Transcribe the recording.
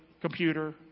computer